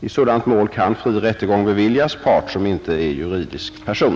I sådant mål kan fri rättegång beviljas part som inte är juridisk person.